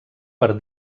per